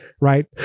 right